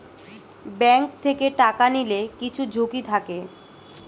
bank থেকে টাকা নিলে কিছু ঝুঁকি থাকে